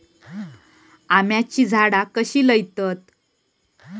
आम्याची झाडा कशी लयतत?